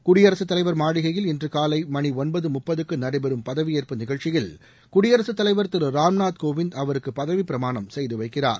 குடியரசுத் தலைவர் மாளிகையில் இன்று காலை மணி ஒன்பது முப்பதுக்கு நடைபெறும் பதவியேற்பு நிகழ்ச்சியில் குடியரசுத்தலைவர் திரு ராம்நாத் கோவிந்த் அவருக்கு பதவிப் பிரமாணம் செய்து வைக்கிறார்